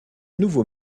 nouveau